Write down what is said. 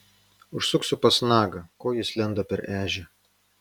užsuksiu pas nagą ko jis lenda per ežią